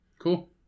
Cool